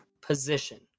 position